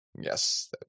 Yes